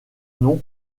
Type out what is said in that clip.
nom